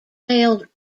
failed